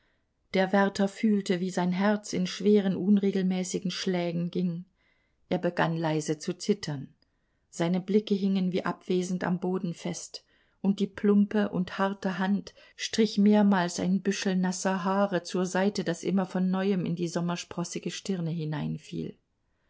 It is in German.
der wärter fühlte wie sein herz in schweren unregelmäßigen schlägen ging er begann leise zu zittern seine blicke hingen wie abwesend am boden fest und die plumpe und harte hand strich mehrmals ein büschel nasser haare zur seite das immer von neuem in die sommersprossige